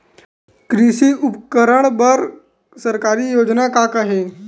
कृषि उपकरण बर सरकारी योजना का का हे?